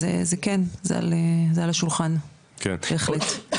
אז כן, זה על השולחן, בהחלט.